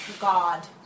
God